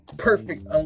Perfect